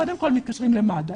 קודם כל, מתקשרים למד"א.